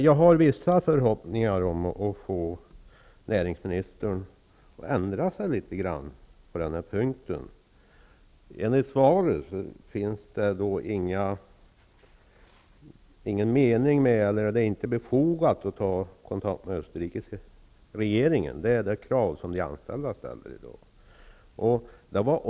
Jag har vissa förhoppningar när det gäller att få näringsministern att litet grand ändra sig på den här punkten. Enligt vad som sägs i svaret är det inte befogat att ta kontakt med den österrikiska regeringen. Men det är ett krav som de anställda i dag ställer.